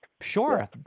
Sure